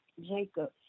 Jacob